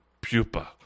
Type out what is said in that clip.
pupa